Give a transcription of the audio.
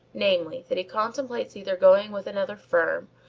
namely, that he contemplates either going with another firm,